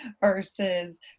versus